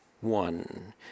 one